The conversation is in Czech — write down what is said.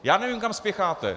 Já nevím, kam spěcháte!